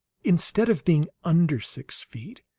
instead of being under six feet,